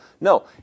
No